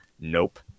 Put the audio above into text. Nope